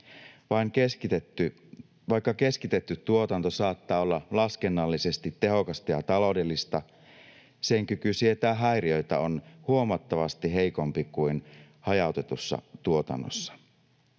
Vaikka keskitetty tuotanto saattaa olla laskennallisesti tehokasta ja taloudellista, sen kyky sietää häiriöitä on huomattavasti heikompi kuin hajautetussa tuotannossa.